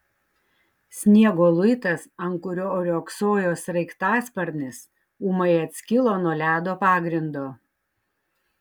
sniego luitas ant kurio riogsojo sraigtasparnis ūmai atskilo nuo ledo pagrindo